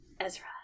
Ezra